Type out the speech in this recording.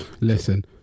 Listen